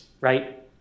right